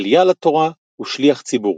עלייה לתורה ושליח ציבור.